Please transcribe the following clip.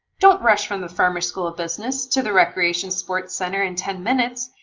don't rush from the farmer school of business to the recreation sports center in ten minutes.